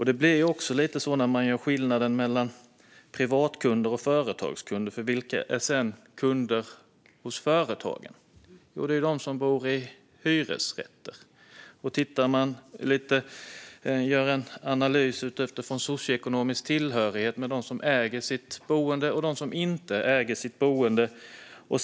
Det blir också lite så när man ser till skillnaden mellan privatkunder och företagskunder, för vilka är sedan kunder hos företagen? Jo, det är ju de som bor i hyresrätter. Man kan göra en jämförelse när det gäller socioekonomisk tillhörighet mellan dem som äger sitt boende och dem som inte gör det.